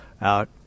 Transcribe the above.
out